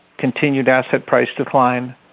continued asset price decline,